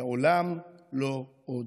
לעולם לא עוד.